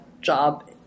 job